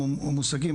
או מושגים,